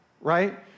right